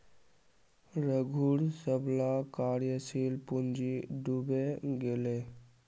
रघूर सबला कार्यशील पूँजी डूबे गेले